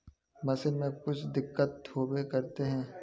Machine में कुछ दिक्कत होबे करते है?